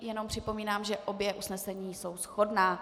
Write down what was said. Jenom připomínám, že obě usnesení jsou shodná.